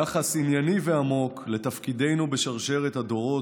יחס ענייני ועמוק לתפקידנו בשרשרת הדורות,